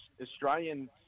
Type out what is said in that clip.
Australian